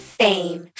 fame